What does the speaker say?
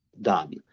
done